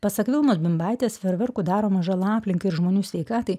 pasak vilmos bimbaitės ferverkų daromą žalą aplinkai ir žmonių sveikatai